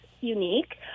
unique